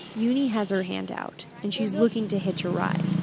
yuni has her hand out, and she's looking to hitch a ride